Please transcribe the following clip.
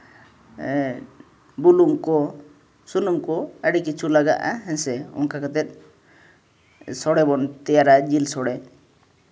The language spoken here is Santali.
ᱵᱩᱞᱩᱝ ᱠᱚ ᱥᱩᱱᱩᱢ ᱠᱚ ᱟᱹᱰᱤ ᱠᱤᱪᱷᱩ ᱞᱟᱜᱟᱜᱼᱟ ᱦᱮᱸᱥᱮ ᱚᱱᱠᱟ ᱠᱟᱛᱮᱫ ᱥᱳᱲᱮ ᱵᱚᱱ ᱛᱮᱭᱟᱨᱟ ᱡᱤᱞ ᱥᱳᱲᱮ